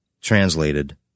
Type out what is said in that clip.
translated